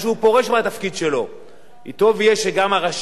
טוב יהיה שגם הראשים של המוסדות האלה יתאפקו